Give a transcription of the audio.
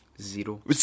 Zero